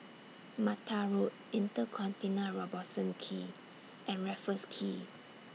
Mattar Road InterContinental Robertson Quay and Raffles Quay